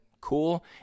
cool